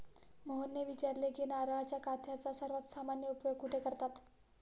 मोहनने विचारले की नारळाच्या काथ्याचा सर्वात सामान्य उपयोग कुठे करतात?